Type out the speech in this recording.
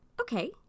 okay